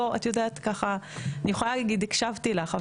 אני יכולה להגיד, הקשבתי לך.